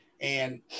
And-